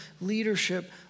leadership